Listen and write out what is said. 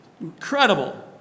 incredible